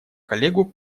коллегу